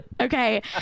Okay